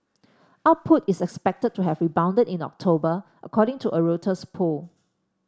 output is expected to have rebounded in October according to a Reuters poll